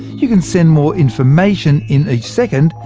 you can send more information in each second,